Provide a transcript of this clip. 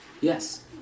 yes